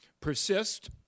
persist